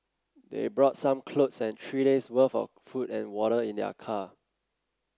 they brought some clothes and three days' worth of food and water in their car